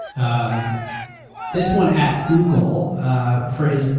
um this one at google for his,